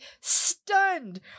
stunned